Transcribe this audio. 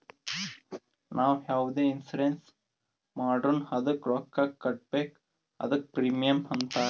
ನಾವು ಯಾವುದೆ ಇನ್ಸೂರೆನ್ಸ್ ಮಾಡುರ್ನು ಅದ್ದುಕ ರೊಕ್ಕಾ ಕಟ್ಬೇಕ್ ಅದ್ದುಕ ಪ್ರೀಮಿಯಂ ಅಂತಾರ್